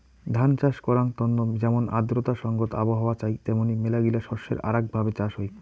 ধান চাষ করাঙ তন্ন যেমন আর্দ্রতা সংগত আবহাওয়া চাই তেমনি মেলাগিলা শস্যের আরাক ভাবে চাষ হই